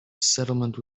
settlement